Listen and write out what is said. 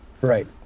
Right